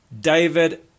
David